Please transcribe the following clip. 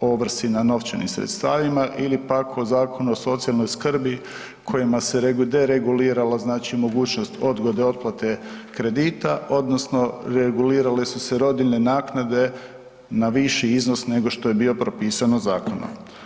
ovrsi na novčanim sredstavima ili pak o Zakonu o socijalnoj skrbi kojima se dereguliralo, znači mogućnost odgode otplate kredita odnosno regulirale su se rodiljne naknade na viši iznos nego što je bio propisano zakonom.